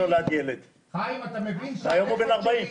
הנכד שלי בכיתה ב',